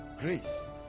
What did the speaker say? grace